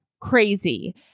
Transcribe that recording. crazy